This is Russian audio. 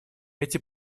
эти